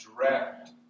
direct